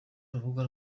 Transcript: urubuga